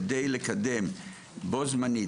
כדי לקדם בו-זמנית,